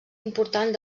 important